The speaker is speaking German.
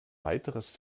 weiteres